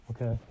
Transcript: Okay